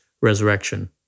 resurrection